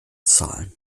zahlen